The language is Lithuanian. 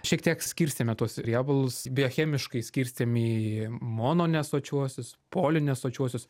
šiek tiek skirstėme tuos riebalus biochemiškai skirstėme į mononesočiuosius polinesočiuosius